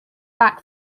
back